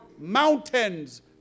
mountains